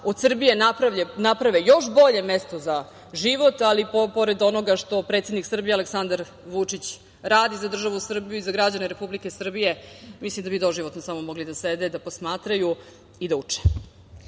od Srbije naprave još bolje mesto za život, ali pored onoga što predsednik Srbije Aleksandar Vučić radi za državu Srbiju i za građane Republike Srbije, mislim da bi doživotno samo mogli da sede, da posmatraju i da